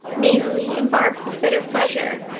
nasally and barbed with bitter pleasure.